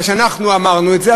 וכשאנחנו אמרנו את זה,